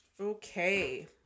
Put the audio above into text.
Okay